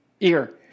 ear